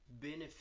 benefit